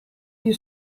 più